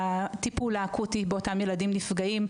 והטיפול האקוטי באותם ילדים נפגעים.